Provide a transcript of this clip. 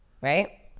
right